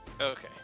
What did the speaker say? Okay